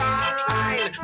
online